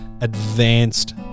advanced